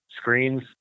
screens